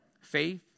faith